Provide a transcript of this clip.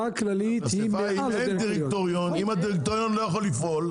אם הדירקטוריון לא יכול לפעול,